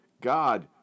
God